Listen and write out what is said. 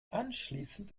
anschließend